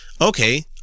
okay